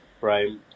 right